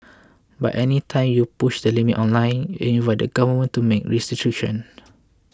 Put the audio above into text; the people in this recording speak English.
but any time you push the limits online you invite the Government to make restrictions